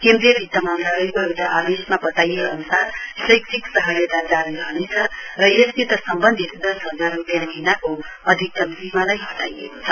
केन्द्रीय वित्त मन्त्रालयको एउटा आदेशमा बताइए अनुसार शैक्षिक सहायता जारी रहनेछ र यससित सम्वन्धित दस हजार रूपियाँ महीनाको अधिकतम सीमालाई हटाइएको छ